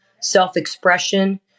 self-expression